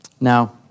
Now